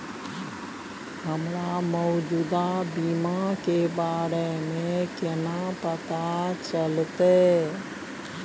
हमरा मौजूदा बीमा के बारे में केना पता चलते?